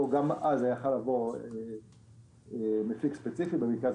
גם אז זה היה יכול לעבור מפיק ספציפי במקרה הזה